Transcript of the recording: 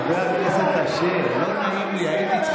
חבר הכנסת אשר, לא נעים לי.